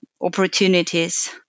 opportunities